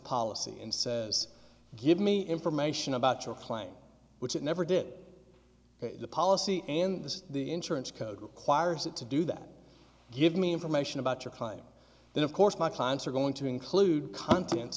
policy and says give me information about your client which it never did the policy and this is the insurance code requires it to do that give me information about your client and of course my clients are going to include contents